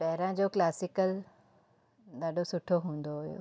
पहिरां जो क्लासिकल ॾाढो सुठो हूंदो हुयो